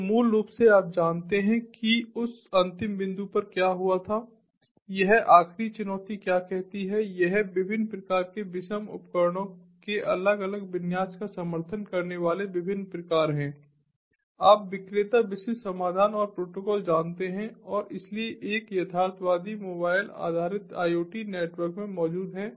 तो मूल रूप से आप जानते हैं कि उस अंतिम बिंदु पर क्या हुआ था यह आखिरी चुनौती क्या कहती है यह विभिन्न प्रकार के विषम उपकरणों के अलग अलग विन्यास का समर्थन करने वाले विभिन्न प्रकार हैं आप विक्रेता विशिष्ट समाधान और प्रोटोकॉल जानते हैं और इसलिए एक यथार्थवादी मोबाइल आधारित IoT नेटवर्क में मौजूद हैं